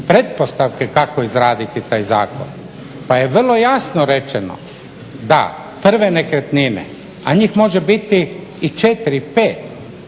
pretpostavke kako izraditi taj zakon pa je vrlo jasno rečeno da prve nekretnine a njih može biti i četiri, pet,